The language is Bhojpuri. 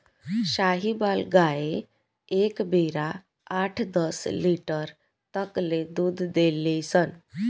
साहीवाल गाय एक बेरा आठ दस लीटर तक ले दूध देली सन